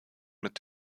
mit